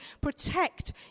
protect